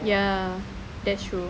ya that's true